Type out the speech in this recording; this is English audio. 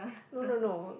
no no no